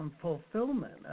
fulfillment